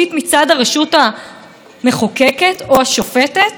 לא יכול להיות מצב שבו יש ביקורת על הממשלה ועל צעדיה?